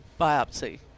biopsy